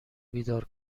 بیدار